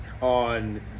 on